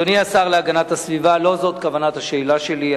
אדוני השר להגנת הסביבה, לא זאת כוונת השאלה שלי.